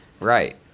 Right